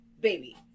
baby